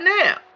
now